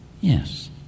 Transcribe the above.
yes